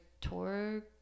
tour